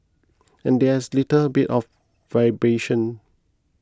and there's a little bit of vibration